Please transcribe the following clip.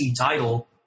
title